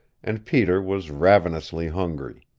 and peter was ravenously hungry.